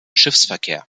schiffsverkehr